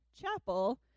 chapel